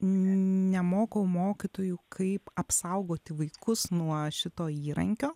nemokau mokytojų kaip apsaugoti vaikus nuo šito įrankio